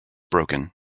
broken